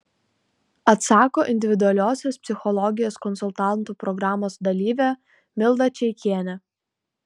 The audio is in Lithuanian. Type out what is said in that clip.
atsako individualiosios psichologijos konsultantų programos dalyvė milda čeikienė